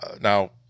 now